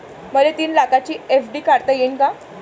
मले तीन लाखाची एफ.डी काढता येईन का?